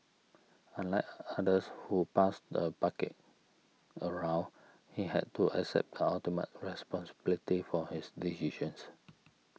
unlike others who passed the bucket around he had to accept the ultimate responsibility for his decisions